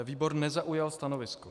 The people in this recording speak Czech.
Výbor nezaujal stanovisko.